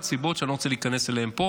סיבות שאני לא רוצה להיכנס אליהן פה,